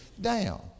down